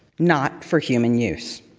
not for human use.